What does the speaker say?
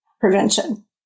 Prevention